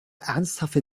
ernsthafte